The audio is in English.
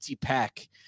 pack